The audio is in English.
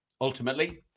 ultimately